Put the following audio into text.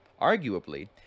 arguably